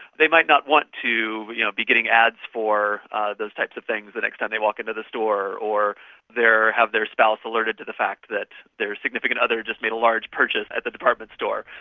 they might not want to yeah be getting ads for those types of things the next time they walk into the store or have their spouse alerted to the fact that their significant other just made a large purchase at the department store.